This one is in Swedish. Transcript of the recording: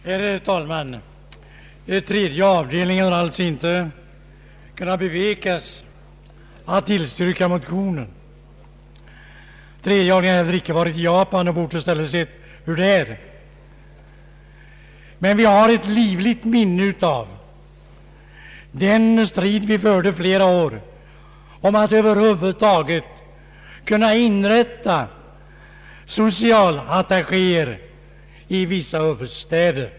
Herr talman! Tredje avdelningen har inte kunnat bevekas att tillstyrka motionen. Tredje avdelningen har inte heller varit i Japan och på ort och ställe sett hur det är, men vi har ett livligt minne av den strid vi förde i flera år om att över huvud taget inrätta tjänster som socialattachéer i vissa huvudstäder.